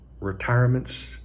retirements